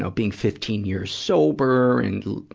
ah being fifteen years sober and,